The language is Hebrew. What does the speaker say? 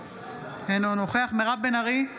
אינו נוכח מירב בן ארי,